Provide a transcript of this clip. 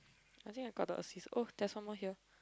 I think I got the assist oh there's one more here